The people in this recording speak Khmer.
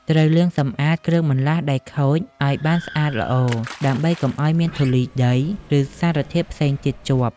ត្រូវលាងសម្អាតគ្រឿងបន្លាស់ដែលខូចឲ្យបានស្អាតល្អ ដើម្បីកុំឲ្យមានធូលីដី ឬសារធាតុផ្សេងទៀតជាប់។